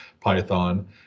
Python